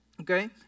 okay